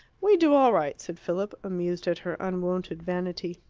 we do all right, said philip, amused at her unwonted vanity.